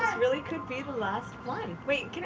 really could be the last one. wait.